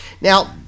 Now